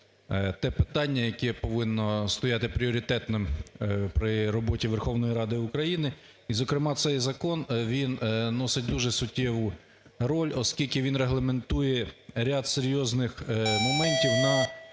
те питання, яке повинно стояти пріоритетним при роботі Верховної Ради України. І, зокрема, цей закон, він носить дуже суттєву роль, оскільки він регламентує ряд серйозних моментів на